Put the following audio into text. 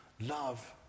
Love